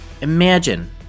Imagine